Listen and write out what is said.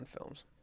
films